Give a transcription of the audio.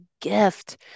gift